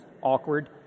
awkward